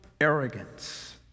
arrogance